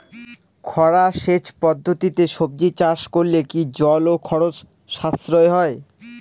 খরা সেচ পদ্ধতিতে সবজি চাষ করলে কি জল ও খরচ সাশ্রয় হয়?